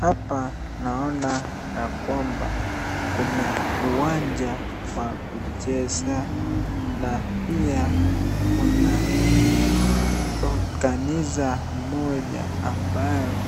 Hapa naona ya kuamba kuna uwanja wa kucheza na pia kuna kanisa moja ambayo